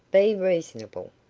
be reasonable.